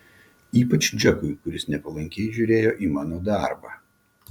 ypač džekui kuris nepalankiai žiūrėjo į mano darbą